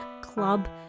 Club